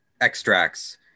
extracts